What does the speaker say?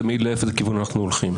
וזה מעיד לאיזה כיוון אנחנו הולכים.